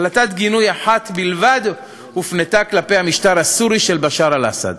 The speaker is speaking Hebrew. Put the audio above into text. החלטת גינוי אחת בלבד הופנתה כלפי המשטר הסורי של בשאר אל-אסד,